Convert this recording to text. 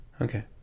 okay